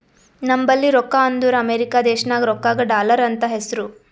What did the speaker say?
ನಂಬಲ್ಲಿ ರೊಕ್ಕಾ ಅಂದುರ್ ಅಮೆರಿಕಾ ದೇಶನಾಗ್ ರೊಕ್ಕಾಗ ಡಾಲರ್ ಅಂತ್ ಹೆಸ್ರು